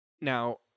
Now